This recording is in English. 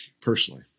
personally